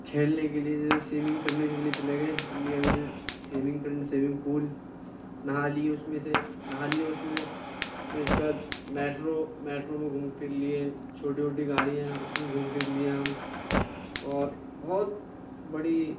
کھیلنے کے لیے جیسے سویمنگ کرنے کے لیے چلے گئے انڈیا میں سویمنگ کرنے سویمنگ پول نہا لیے اس میں سے نہا لیے اس میں پھر اس کے بعد میٹرو میٹرو میں گھوم پھر لیے چھوٹی چھوٹی گاڑیاں اس میں گھوم پھر لیے ہم اور بہت بڑی